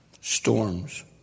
Storms